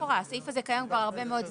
הסעיף הזה קיים כבר הרבה מאוד זמן,